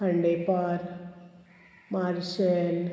Khandepar martial